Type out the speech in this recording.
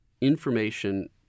information